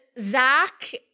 Zach